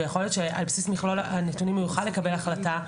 ויכול להיות שעל בסיס מכלול הנתונים הוא יוכל לקבל החלטה.